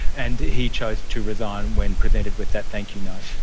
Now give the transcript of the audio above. and he chose to resign when presented with that thank-you note.